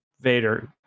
Vader